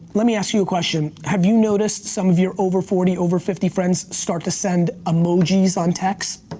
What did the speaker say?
let me ask you a question. have you noticed some of your over forty, over fifty friends start to send emoji's on text?